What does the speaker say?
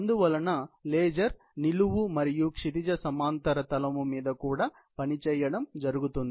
అందువలన లేజర్ నిలువు మరియు క్షితిజ సమాంతర తలం మీద కూడా పనిచేయడం జరుగుతుంది